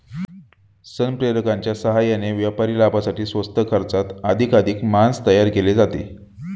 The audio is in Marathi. संप्रेरकांच्या साहाय्याने व्यापारी लाभासाठी स्वस्त खर्चात अधिकाधिक मांस तयार केले जाते